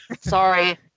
Sorry